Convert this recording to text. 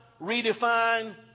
redefine